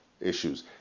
issues